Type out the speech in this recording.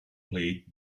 plate